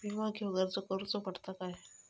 विमा घेउक अर्ज करुचो पडता काय?